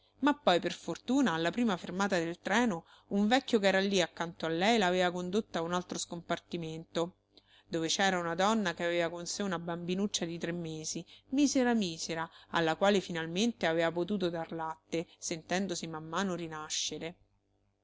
ma poi per fortuna alla prima fermata del treno un vecchio ch'era lì accanto a lei l'aveva condotta a un altro scompartimento dove c'era una donna che aveva con sé una bambinuccia di tre mesi misera misera alla quale finalmente aveva potuto dar latte sentendosi man mano rinascere